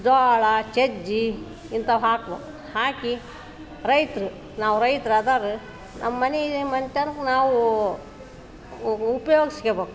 ಜೋಳ ಸಜ್ಜೆ ಇಂಥವ್ ಹಾಕ್ಬೇಕು ಹಾಕಿ ರೈತರು ನಾವು ರೈತರು ಆದವ್ರು ನಮ್ಮ ಮನೆ ಮನೆತನಕ್ ನಾವೂ ಉಪ್ಯೋಗಿಸ್ಕೋಬೇಕು